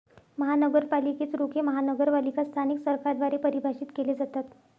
महानगरपालिकेच रोखे महानगरपालिका स्थानिक सरकारद्वारे परिभाषित केले जातात